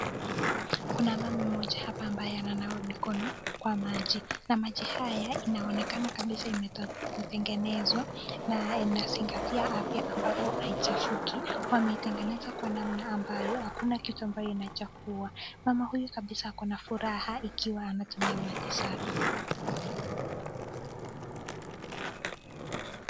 Kuna mama mmoja hapa ananawa mikono kwa maji na maji haya inaonekana kabisa imetengenezwa na ina zingatia afya ambavyo haichafuki wameitengeneza kwa namna ambayo hakuna kitu ambayo inachafua. Mama huyu kabisa ako na furaha ikiwa anatumia maji safi.